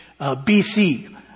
BC